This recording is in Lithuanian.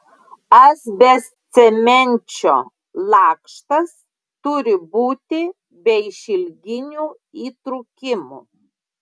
asbestcemenčio lakštas turi būti be išilginių įtrūkimų